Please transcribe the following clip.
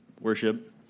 Worship